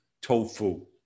tofu